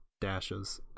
dashes